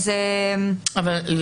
מה שבאמת חשוב,